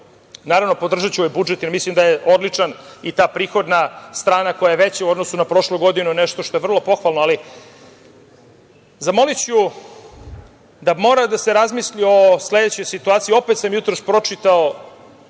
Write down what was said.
doći. Naravno, podržaću ovaj budžet, jer mislim da je odličan i ta prihodna strana koja je veća u odnosu na prošlu godinu je nešto što je vrlo pohvalno, ali zamoliću da mora da se razmisli o sledećoj situaciji. Opet sam jutros pročitao